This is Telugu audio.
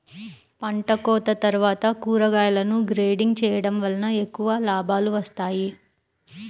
పంటకోత తర్వాత కూరగాయలను గ్రేడింగ్ చేయడం వలన ఎక్కువ లాభాలు వస్తాయి